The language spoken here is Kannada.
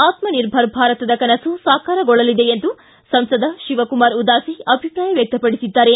ಆತ್ಮ ನಿರ್ಭರ್ ಭಾತರದ ಕನಸು ಸಾಕಾರಗೊಳ್ಳಲಿದೆ ಎಂದು ಸಂಸದ ಶಿವಕುಮಾರ್ ಉದಾಸಿ ಅಭಿಪ್ರಾಯವ್ವಕ್ತಪಡಿಸಿದ್ದಾರೆ